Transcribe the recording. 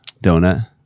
donut